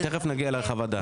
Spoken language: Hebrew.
תיכף נגיע לחוות דעת.